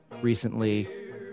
recently